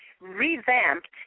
revamped